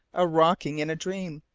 a rocking in a dream,